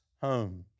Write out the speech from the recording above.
homes